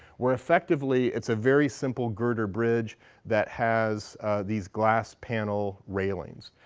where effectively it's a very simple girder bridge that has these glass panel railings.